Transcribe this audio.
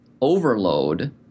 overload